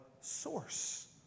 source